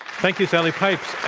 thank you, sally pipes,